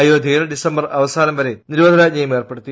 അയോധ്യയിൽ ഡിസംബർ അവസാനം വരെ നിരോധനാജ്ഞയും ഏർപ്പെടുത്തി